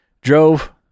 drove